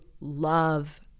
love